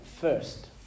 first